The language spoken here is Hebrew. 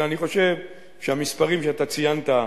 ואני חושב שהמספרים שאתה ציינת,